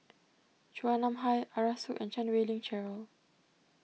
Chua Nam Hai Arasu and Chan Wei Ling Cheryl